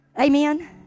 Amen